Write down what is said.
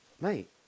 Mate